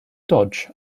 dodge